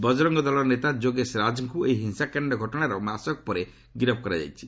ବଜରଙ୍ଗ ଦଳର ନେତା ଯୋଗଶେ ରାଜ୍ଙ୍କ ଏହି ହିଂସାକାଣ୍ଡ ଘଟଣାର ମାସକ ପରେ ଗିରଫ କରାଯାଇଛି